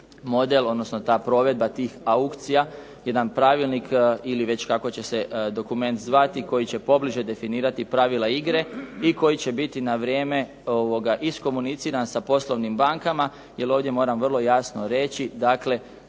model odnosno ta provedba tih aukcija, jedan pravilnik ili već kako će se dokument zvati koji će pobliže definirati pravila igre i koji će biti na vrijeme iskomuniciran sa poslovnim bankama jer ovdje moram vrlo jasno reći dakle